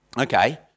okay